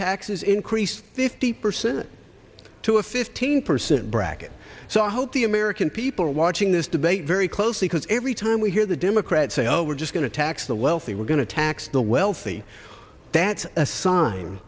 taxes increase fifty percent to a fifteen percent bracket so i hope the american people are watching this debate very closely because every time we hear the democrats say oh we're just going to tax the wealthy we're going to tax the wealthy that's a sign